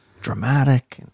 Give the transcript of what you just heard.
dramatic